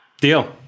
Deal